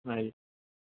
મળીએ